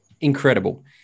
Incredible